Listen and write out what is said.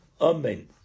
amen